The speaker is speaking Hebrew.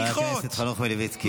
חבר הכנסת חנוך מלביצקי.